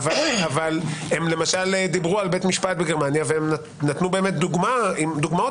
דיבר על בית משפט בגרמניה ונתנו באמת דוגמאות